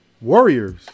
warriors